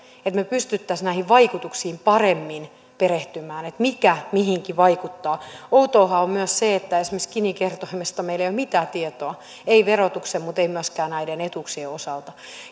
että me pystyisimme näihin vaikutuksiin paremmin perehtymään että mikä mihinkin vaikuttaa outoahan on myös se että esimerkiksi gini kertoimesta meillä ei ole mitään tietoa ei verotuksen mutta ei myöskään näiden etuuksien osalta